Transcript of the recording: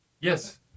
Yes